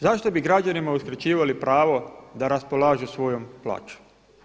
Zašto bi građanima uskraćivali pravo da raspolažu svojom plaćom?